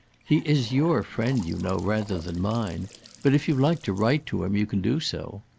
he is your friend you know rather than mine but if you like to write to him you can do so.